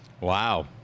Wow